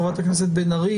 חברת הכנסת בן ארי,